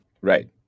Right